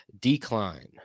decline